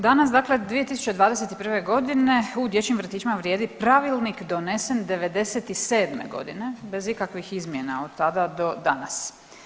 Danas dakle 2021. godine u dječjim vrtićima vrijedi pravilnik donesen '97. godine bez ikakvih izmjena od tada do danas.